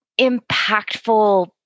impactful